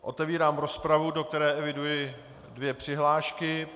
Otevírám rozpravu, do které eviduji dvě přihlášky.